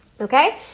Okay